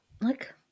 look